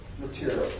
material